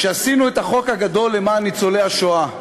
כשעשינו את החוק הגדול למען ניצולי השואה,